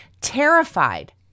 Terrified